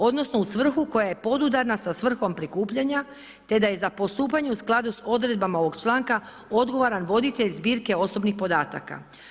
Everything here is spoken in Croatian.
Odnosno, u svrhu koja je podudarna sa svrhom prikupljanja, te da je za postupanje u skladu sa odredbama ovog čl. odgovaran voditelj zbirke osobnih podataka.